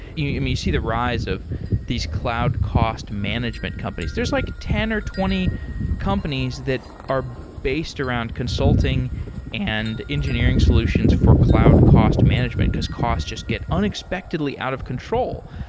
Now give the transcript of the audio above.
you may see the rise of these cloud cost management companies. there's like ten or twenty companies that are based around consulting and engineering solutions for cloud cost management, because cost just get unexpectedly out of control.